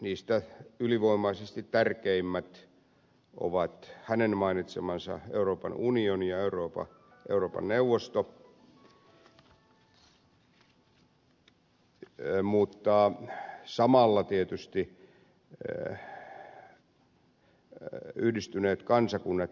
niistä ylivoimaisesti tärkeimmät ovat hänen mainitsemansa euroopan unioni ja euroopan neuvosto mutta samalla tietysti yhdistyneet kansakunnat ja nato